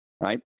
right